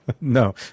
No